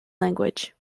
language